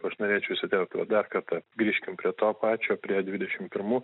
aš norėčiau įsiterpt va dar kartą grįžkim prie to pačio prie dvidešim pirmų